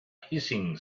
hissing